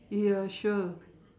yeah sure